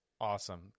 Awesome